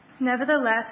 Nevertheless